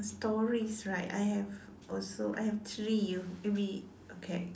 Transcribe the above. stories right I have also I have three uh we okay